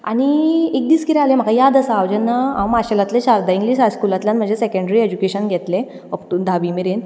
आनी एक दीस कितें जालें म्हाका याद आसा हांव जेन्ना हांव माशेलांतलें शार्दा इंग्लीश हाय स्कुलांतल्यान म्हजें सॅक्रेंड्री एज्युकेशन घतलें अपटू धावी मेरेन